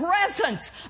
presence